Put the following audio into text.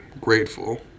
grateful